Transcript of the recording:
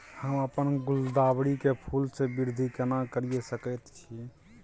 हम अपन गुलदाबरी के फूल सो वृद्धि केना करिये सकेत छी?